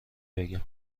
بگم